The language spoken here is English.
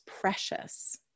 precious